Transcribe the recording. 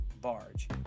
barge